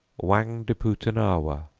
whangdepootenawah,